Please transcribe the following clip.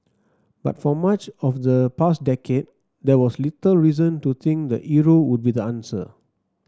but for much of the past decade there was little reason to think the euro would be the answer